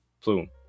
Plume